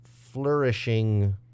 flourishing